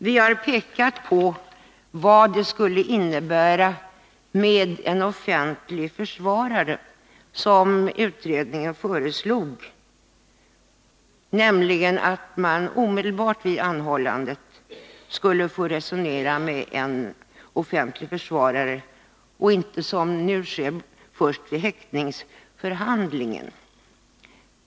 Vi har visat vad det skulle innebära med en offentlig försvarare som utredningen föreslår, nämligen att den anhållne omedelbart vid anhållandet skulle få resonera med en offentlig försvarare och inte, så som nu sker, först vid häktningsförhandlingen.